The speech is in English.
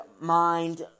mind